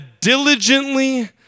diligently